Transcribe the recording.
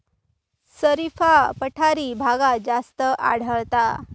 शरीफा पठारी भागात जास्त आढळता